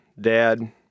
dad